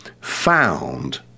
found